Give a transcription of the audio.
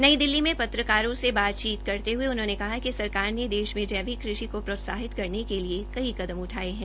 नई दिल्ली में पत्रकारों से बातचीत करते हुए उन्होंने कहा कि सरकार ने देश में जैविक कृषि को प्रोत्साहित करने के लिए कई कदम उठाए हैं